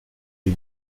les